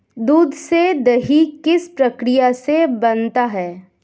दूध से दही किस प्रक्रिया से बनता है?